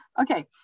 okay